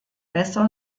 besser